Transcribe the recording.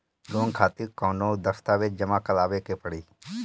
Loan खातिर कौनो दस्तावेज जमा करावे के पड़ी?